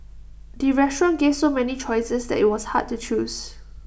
the restaurant gave so many choices that IT was hard to choose